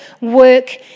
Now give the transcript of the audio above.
work